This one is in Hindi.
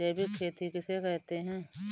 जैविक खेती किसे कहते हैं?